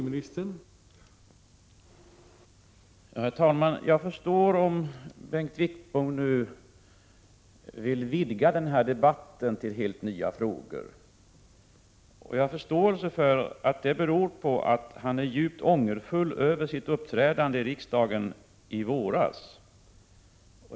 Herr talman! Bengt Wittbom vill nu vidga denna debatt till helt nya frågor, och jag förstår att det beror på att han är djupt ångerfull över sitt uppträdande i riksdagen i våras.